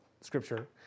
scripture